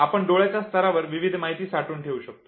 आपण डोळ्याच्या स्तरावर विविध माहिती साठवून ठेवू शकतो